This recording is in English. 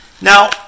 Now